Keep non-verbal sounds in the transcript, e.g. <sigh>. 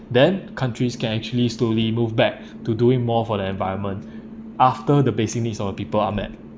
then countries can actually slowly move back <breath> to do it more for the environment <breath> after the basic needs of the people are met